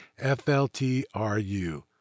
FLTRU